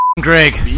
greg